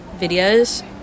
videos